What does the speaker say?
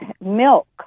milk